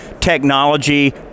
technology